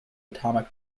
atomic